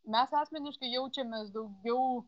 mes asmeniškai jaučiamės daugiau